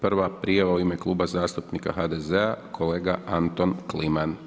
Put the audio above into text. Prva prijava u ime KLuba zastupnika HDZ-a kolega Anton Kliman.